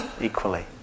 equally